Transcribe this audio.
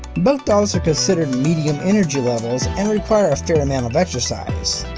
both dogs are considered medium energy levels and require a fair amount of exercise.